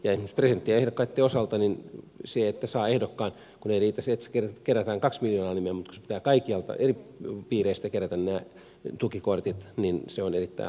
ja esimerkiksi presidenttiehdokkaitten osalta siihen että saa ehdokkaan ei riitä se että kerätään kaksi miljoonaa nimeä vaan kun nämä tukikortit pitää kaikkialta eri piireistä kerätä niin se on erittäin hankalaa